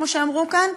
כמו שאמרו כאן,